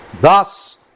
Thus